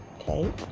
Okay